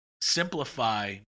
simplify